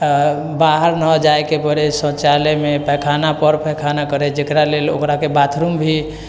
बाहर नहि जाएके पड़ैए शौचालयमे पैखाना पर पैखाना करय जेकरा लेल ओकराके बाथरूम भी